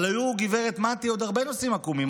אבל היו, גב' מטי, עוד הרבה נושאים עקומים.